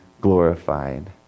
glorified